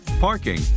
parking